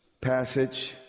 passage